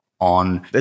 on